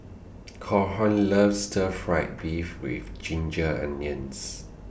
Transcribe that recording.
Calhoun loves Stir Fried Beef with Ginger Onions